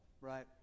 Right